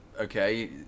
okay